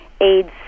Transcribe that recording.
AIDS